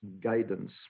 guidance